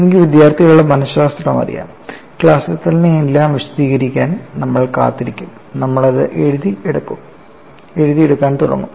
എനിക്ക് വിദ്യാർത്ഥികളുടെ മനശാസ്ത്രം അറിയാം ക്ലാസ്സിൽ തന്നെ എല്ലാം വിശദീകരിക്കാൻ നമ്മൾ കാത്തിരിക്കും നമ്മൾ അത് എഴുതി എടുക്കാൻ തുടങ്ങും